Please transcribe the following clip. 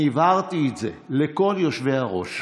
אני הבהרתי את זה לכל יושבי-הראש.